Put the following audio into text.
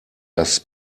das